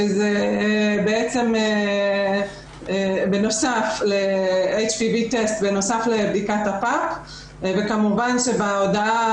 שזה בעצם בנוסף לבדיקת הפאפ וכמובן שבהודעה